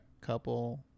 couple